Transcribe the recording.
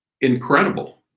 incredible